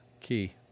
Key